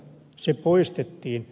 se poistettiin